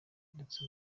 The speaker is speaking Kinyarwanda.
ndetse